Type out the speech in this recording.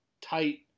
tight